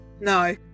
no